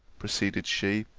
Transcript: proceeded she,